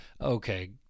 Okay